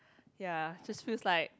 ya just feels like